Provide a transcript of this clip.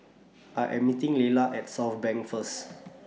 I Am meeting Leila At Southbank First